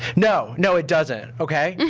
no! no it doesn't, okay?